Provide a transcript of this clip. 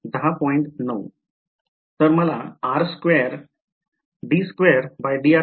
तर मला मिळेल